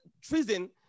treason